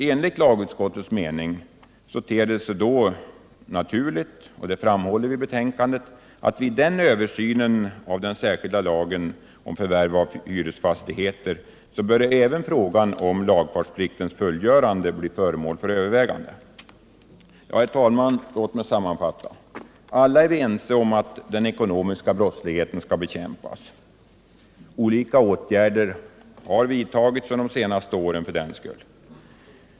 Enligt lagutskottets mening ter det sig naturligt — vilket vi också framhåller i betänkandet — att vid översyn av den särskilda lagen om förvärv av hyresfastigheter även frågan om lagfartspliktens fullföljande bör bli föremål för övervägande. Herr talman! Låt mig sammanfatta. Alla är ense om att den ekonomiska brottsligheten måste bekämpas. Olika åtgärder har under de senaste åren vidtagits.